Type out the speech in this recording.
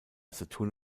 saturn